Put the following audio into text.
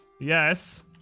Yes